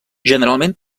generalment